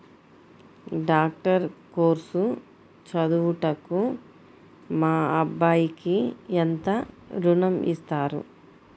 Doctor course చదువుటకు మా అబ్బాయికి ఎంత ఋణం ఇస్తారు?